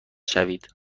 شوید